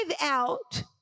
out